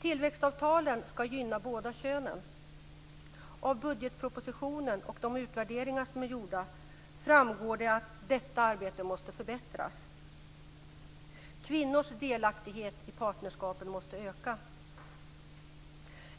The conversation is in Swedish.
Tillväxtavtalen ska gynna båda könen. Av budgetpropositionen och de utvärderingar som är gjorda framgår det att detta arbete måste förbättras. Kvinnors delaktighet i partnerskapen måste öka.